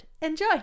Enjoy